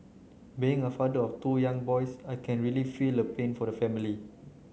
being a father of two young boys I can really feel the pain for the family